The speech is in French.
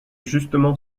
justement